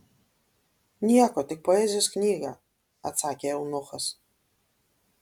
nieko tik poezijos knygą atsakė eunuchas